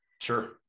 Sure